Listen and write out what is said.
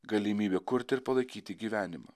galimybė kurti ir palaikyti gyvenimą